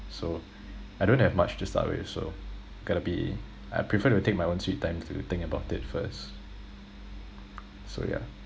so I don't have much to start with so gotta be I prefer to take my own sweet time to think about it first so yeah